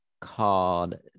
called